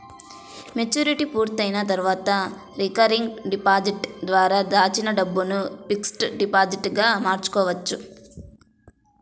maturity పూర్తయిన తర్వాత recurring deposit ద్వారా దాచిన డబ్బును ఫిక్స్డ్ డిపాజిట్ గా మార్చుకోవచ్చు